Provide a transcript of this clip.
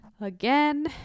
again